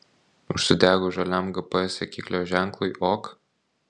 užsidegus žaliam gps sekiklio ženklui ok